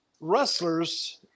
wrestlers